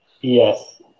Yes